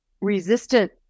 resistant